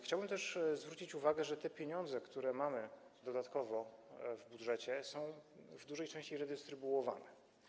Chciałbym też zwrócić uwagę, że te pieniądze, które mamy dodatkowo w budżecie, są w dużej części redystrybuowane.